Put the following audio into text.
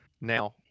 Now